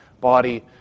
body